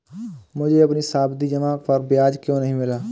मुझे अपनी सावधि जमा पर ब्याज क्यो नहीं मिला?